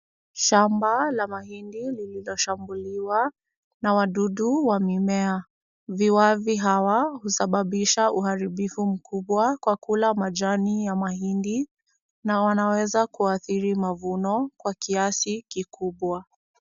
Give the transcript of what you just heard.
Shamba la mahindi lililoshambuliwa na wadudu wa mimea. Viwavi hawa husababisha uharibifu mkubwa kwa kula majani ya mahindi na wanaweza kuathiri mavuno kwa kiasi kikubwa.